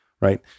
right